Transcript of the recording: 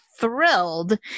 thrilled